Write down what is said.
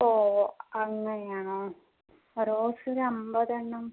ഓ അങ്ങനെയാണോ റോസ് ഒര് അമ്പതെണ്ണം